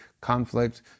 conflict